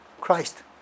Christ